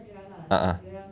a'ah